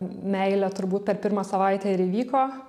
meilė turbūt per pirmą savaitę ir įvyko